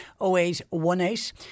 0818